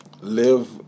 live